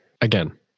again